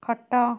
ଖଟ